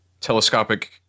telescopic